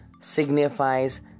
signifies